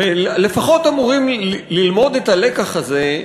לפחות אמורים ללמוד את הלקח הזה,